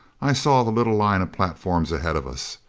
i saw the little line of platforms ahead of us.